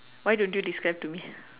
why don't you describe to me